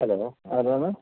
hello ആരാണ്